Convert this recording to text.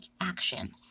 action